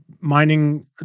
mining